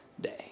day